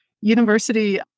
university